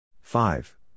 Five